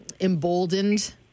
emboldened